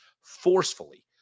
forcefully